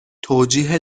توجیه